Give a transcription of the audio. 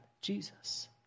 Jesus